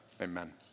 Amen